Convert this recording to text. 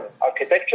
architecture